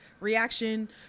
reaction